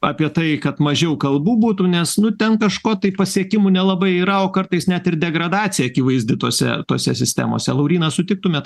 apie tai kad mažiau kalbų būtų nes nu ten kažko tai pasiekimų nelabai yra o kartais net ir degradacija akivaizdi tose tose sistemose lauryna sutiktumėt